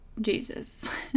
Jesus